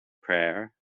prayer